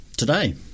today